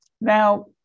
Now